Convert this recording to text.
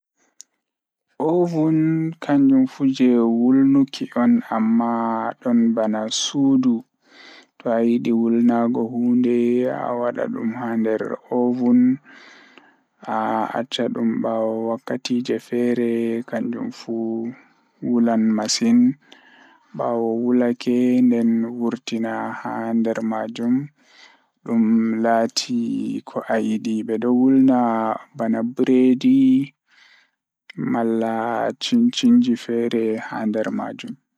Ovin o waɗa naŋŋude fiyaangu sabu rewɓe laawol sabu ngal. Ko laawol ngal o waɗa rewɓe hoore njamaaji, e hoore ngal, rewɓe rewɓe sabu fiyaangu. Ko ovin ngal laawol fiyaangu, ɗum seɗɗa e rewɓe fiyaangu sabu fiyaangu ngal. O waɗa naŋŋude e hoore sabu fiyaangu fiyaangu, o njiddaade sabu nguurndam ngal ngal.